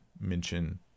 mention